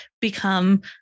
become